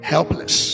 Helpless